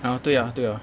ah 对啊对啊